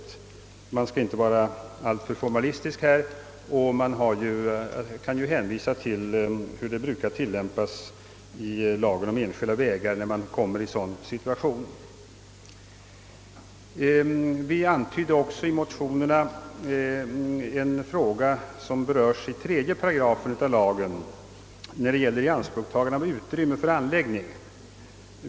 Man skall härvidlag inte vara alltför formalistisk och kan i en sådan situation även hänvisa till tillämpningen av lagen om enskilda vägar. Vi antydde också i motionsparet en fråga, som berörs i lagförslagets 3 §, där det gäller ianspråktagande av utrymme för anläggning.